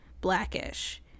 blackish